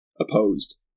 opposed